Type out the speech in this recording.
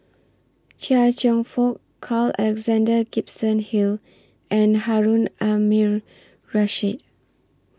Chia Cheong Fook Carl Alexander Gibson Hill and Harun Aminurrashid